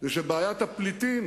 שבעיית הפליטים